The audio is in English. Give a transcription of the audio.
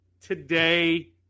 today